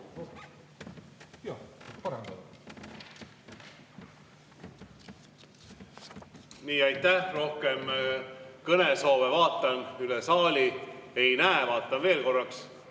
Aitäh! Rohkem kõnesoove – vaatan üle saali – ei näe, vaatan veel korraks.